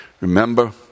Remember